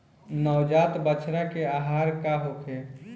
नवजात बछड़ा के आहार का होखे?